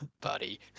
buddy